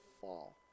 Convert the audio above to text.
fall